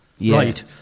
right